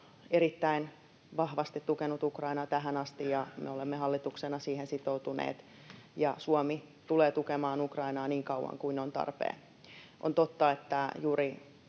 erittäin vahvasti tukenut Ukrainaa tähän asti, ja me olemme hallituksena siihen sitoutuneet. Suomi tulee tukemaan Ukrainaa niin kauan kuin on tarpeen. On totta, että juuri